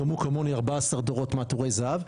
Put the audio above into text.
גם הוא כמוני 14 דורות מהטורי זהב.